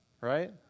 Right